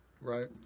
right